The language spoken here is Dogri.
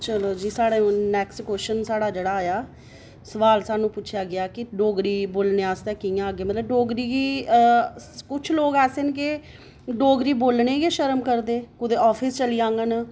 चलो जी साढ़ा नेक्सट क्वेच्शन जेह्ड़ा आया सोआल सानूं पुच्छेआ गेआ कि डोगरी बोलने आस्तै मतलब डोगरी कुछ लोक ऐसे न के डोगरी बोलने गी गै शर्म करदे न कुदै ऑफिस चली जाङन